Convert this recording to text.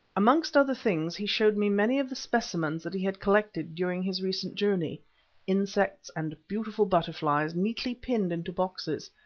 amongst other things, he showed me many of the specimens that he had collected during his recent journey insects and beautiful butterflies neatly pinned into boxes,